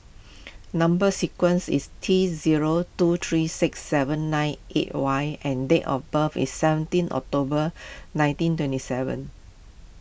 Number Sequence is T zero two three six seven nine eight Y and date of birth is seventeen October nineteen twenty seven